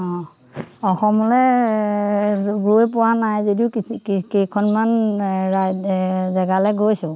অঁ অসমলে এ গৈ পোৱা নাই যদিও কি কেইখনমান ৰাইড জেগালে গৈছোঁ